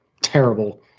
terrible